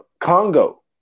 Congo